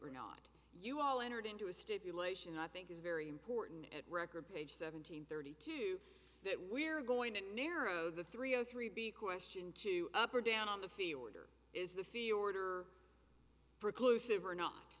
or not you all entered into a stipulation i think is very important at record page seven hundred thirty two that we're going to narrow the three o three b question two up or down on the field or is the fear order reclusive or not